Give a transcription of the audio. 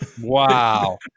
Wow